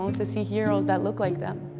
to see heroes that look like them.